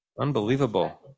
Unbelievable